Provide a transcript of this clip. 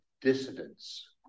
dissidents